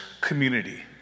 community